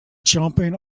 jumping